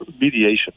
Mediation